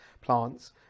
plants